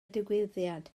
digwyddiad